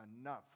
enough